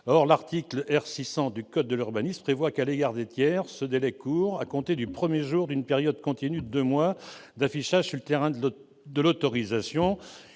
l'article R. 600-2 du code de l'urbanisme prévoit que, à l'égard des tiers, ce délai court à compter du premier jour d'une période continue de deux mois d'affichage sur le terrain de l'autorisation.